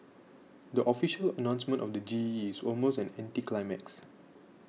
the official announcement of the G E is almost an anticlimax